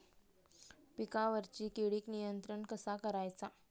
पिकावरची किडीक नियंत्रण कसा करायचा?